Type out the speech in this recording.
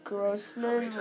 Grossman